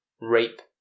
Rape